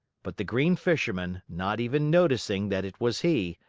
but the green fisherman, not even noticing that it was he,